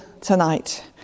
tonight